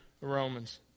Romans